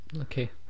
Okay